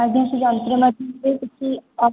ଆଜ୍ଞା ସେହି ଯନ୍ତ୍ର ମାଧ୍ୟମରେ କିଛି